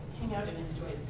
hang out and enjoy.